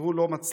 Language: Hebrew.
והוא לא מצליח.